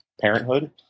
parenthood